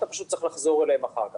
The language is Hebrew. אתה פשוט צריך לחזור אליהם אחר כך.